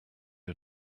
are